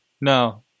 No